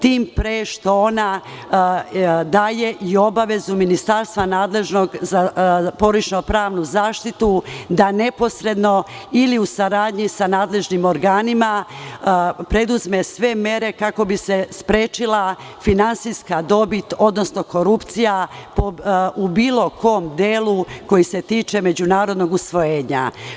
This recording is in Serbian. Tim pre što ona daje i obavezu nadležnog ministarstva za porodično pravnu zaštitu da neposredno ili u saradnji sa nadležnim organima preduzme sve mere kako bi se sprečila finansijska dobit odnosno korupcija u bilo kom delu koji se tiče međunarodnog usvojenja.